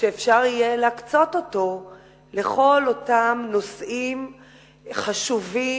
ואפשר יהיה להקצות אותו לכל אותם נושאים חשובים